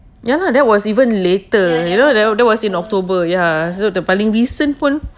ya lah that was even later you know tha~ that was in october ya so the paling recent pun